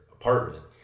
apartment